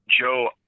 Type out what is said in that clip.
Joe